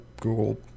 Google